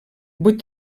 vuit